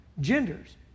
genders